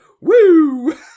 Woo